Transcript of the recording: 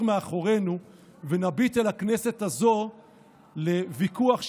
מאחורינו ונביט על הכנסת הזו לוויכוח,